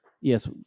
yes